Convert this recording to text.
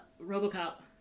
Robocop